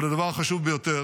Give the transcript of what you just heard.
אבל הדבר החשוב ביותר